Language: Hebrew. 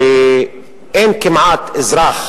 שאין כמעט אזרח